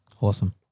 Awesome